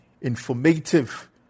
informative